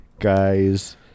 Guys